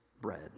Bread